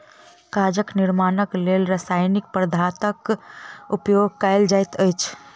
कागजक निर्माणक लेल रासायनिक पदार्थक उपयोग कयल जाइत अछि